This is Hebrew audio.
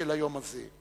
של היום הזה.